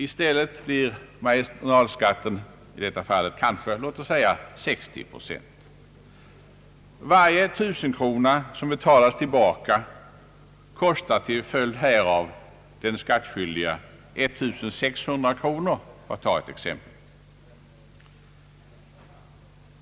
I stället blir marginalskatten i detta fall låt oss säga 60 procent. Varje 1 000-krona som betalas tillbaka kostar alltså till följd härav den skattskyldige 1600 kronor, trots att han på sin tid inte fick ut mer än de 1 000 kronorna.